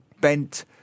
bent